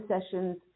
sessions